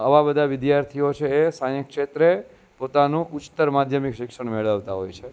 આવા બધા વિદ્યાર્થીઓ હોય છે એ સાયન્સ ક્ષેત્રે પોતાનું ઉચ્ચતર શિક્ષણ મેળવતા હોય છે